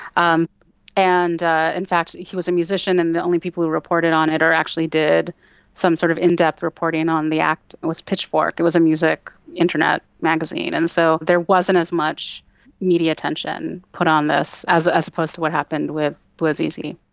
um and in fact he was a musician, and the only people who reported on it or actually did some sort of in-depth reporting on the act was pitchfork, it was a music internet magazine. and so there wasn't as much media attention put on this as as opposed to what happened with bouazizi.